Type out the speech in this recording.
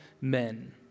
men